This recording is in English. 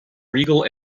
regal